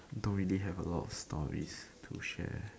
don't really have a lot of stories to share